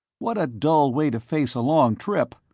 what a dull way to face a long trip!